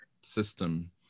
system